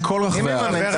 מי מממן ---?